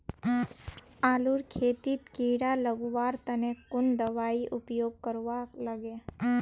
आलूर खेतीत कीड़ा निकलवार तने कुन दबाई उपयोग करवा लगे?